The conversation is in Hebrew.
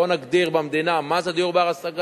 בוא נגדיר במדינה מה זה דיור בר-השגה.